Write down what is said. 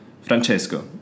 Francesco